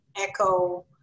echo